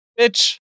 Bitch